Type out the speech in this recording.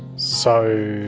so